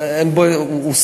לא, אין בו, הוא סטנדרטי,